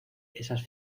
esas